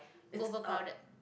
overcrowded